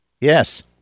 Yes